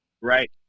Right